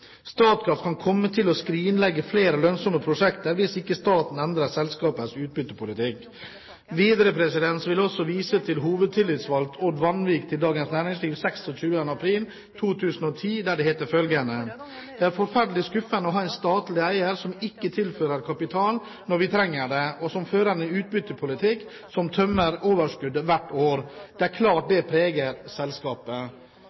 kan komme til å skrinlegge flere lønnsomme prosjekter hvis ikke staten endrer selskapets utbyttepolitikk.» Videre vil jeg vise til hva hovedtillitsvalgt Odd Vanvik uttalte til Dagens Næringsliv 26. april 2010: «Det er forferdelig skuffende å ha en statlig eier som ikke tilfører kapital når vi trenger det, og som fører en utbyttepolitikk som tømmer overskuddet hvert år. Det er klart